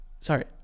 Sorry